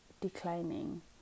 declining